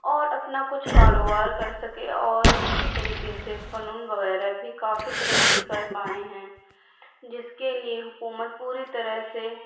اور اپنا کچھ کاروبار کر سکے اور اسی طریقے سے فنون وغیرہ بھی کافی ترقی کر پائے ہیں جس کے لئے حکومت پوری طرح سے